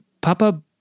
Papa